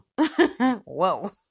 Whoa